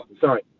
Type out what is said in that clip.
Sorry